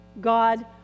God